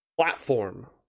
platform